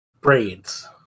braids